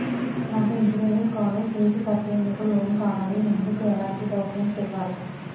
నాకు engineering college fees కట్టేందుకు loan కావాలి, ఎందుకు ఎలాంటి డాక్యుమెంట్స్ ఇవ్వాలి?